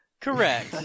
Correct